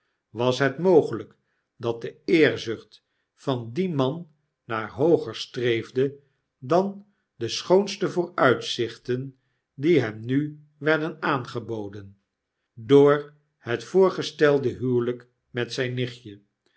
was het mogelp dat de eerzucht van dien man naar hooger streefde dan de schoonste vooruitzichten die hem nu werden aangeboden door het voorgesteide huweljjk met zijn nichtje